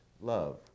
love